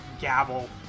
gavel